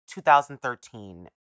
2013